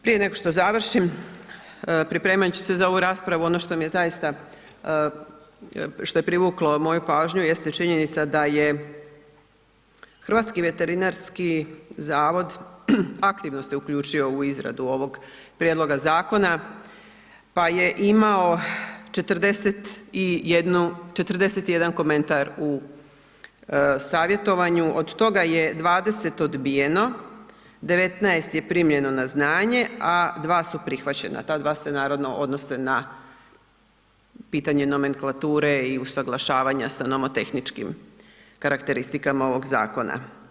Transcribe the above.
Prije nego što završim, pripremajući se za ovu raspravu, ono što mi je zaista, što je privuklo moju pažnju jeste činjenica da je Hrvatski veterinarski zavod aktivno se uključio u izradu ovog prijedloga zakona, pa je imao 41 komentar u savjetovanju, od toga je 20 odbijeno, 19 je primljeno na znanje, a 2 su prihvaćena, ta 2 se naravno odnose na pitanje nomenklature i usaglašavanja sa nomotehničkim karakteristikama ovog zakona.